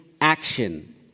action